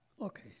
Okay